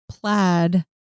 plaid